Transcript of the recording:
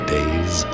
Days